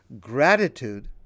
Gratitude